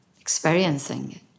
experiencing